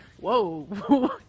Whoa